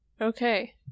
okay